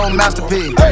masterpiece